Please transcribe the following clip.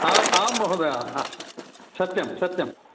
आम् आम् महोदय सत्यम् सत्यम्